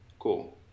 Cool